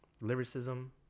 lyricism